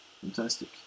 Fantastic